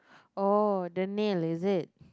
oh the nail is it